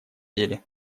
деле